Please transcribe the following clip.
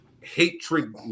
hatred